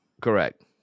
Correct